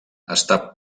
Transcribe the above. està